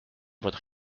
votre